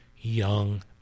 young